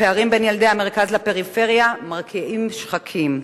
הפערים בין ילדי המרכז והפריפריה מרקיעים שחקים.